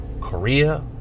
Korea